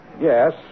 Yes